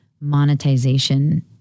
monetization